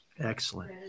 excellent